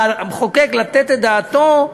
על המחוקק לתת את דעתו,